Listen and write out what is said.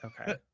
Okay